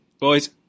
Boys